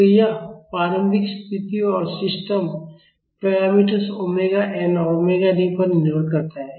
तो यह प्रारंभिक स्थितियों और सिस्टम पैरामीटर्स ओमेगा n और ओमेगा D पर निर्भर करता है